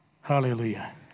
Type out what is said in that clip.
Hallelujah